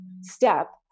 step